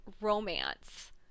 romance